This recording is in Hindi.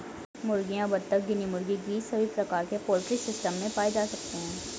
मुर्गियां, बत्तख, गिनी मुर्गी, गीज़ सभी प्रकार के पोल्ट्री सिस्टम में पाए जा सकते है